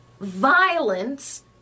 violence